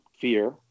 fear